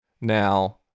Now